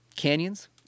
Canyons